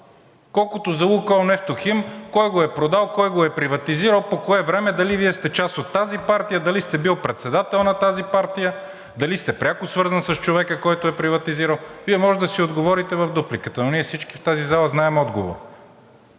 Колкото за „Лукойл Нефтохим“ – кой го е продал, кой го е приватизирал, по кое време, дали Вие сте част от тази партия, дали сте били председател на тази партия, дали сте пряко свързан с човека, който е приватизирал – Вие можете да си отговорите в дупликата, но ние всички в тази зала знаем отговора.